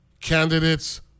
candidates